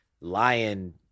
lion